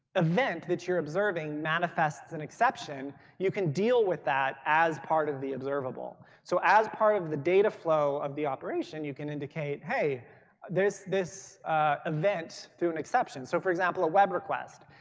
event that you're observing manifests an exception, you can deal with that as part of the observable. so as part of the data flow of the operation, you can indicate, hey there's this event through an exception. so for example, a web request.